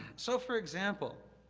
so, for example,